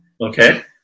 Okay